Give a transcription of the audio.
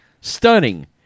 Stunning